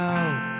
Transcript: Out